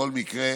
בכל מקרה,